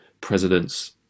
presidents